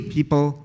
People